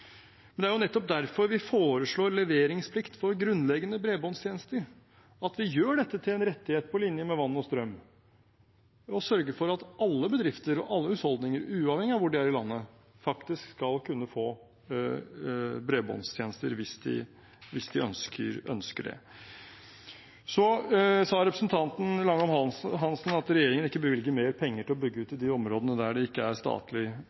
Men det er nettopp derfor vi foreslår leveringsplikt for grunnleggende bredbåndstjenester, gjør dette til en rettighet på linje med vann og strøm og sørger for at alle bedrifter og alle husholdninger, uavhengig av hvor de er i landet, faktisk skal kunne få bredbåndstjenester hvis de ønsker det. Så sa representanten Langholm Hansen at regjeringen ikke bevilger mer penger til å bygge ut i de områdene der det ikke er